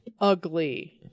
ugly